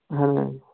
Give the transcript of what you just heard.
اَہَن حظ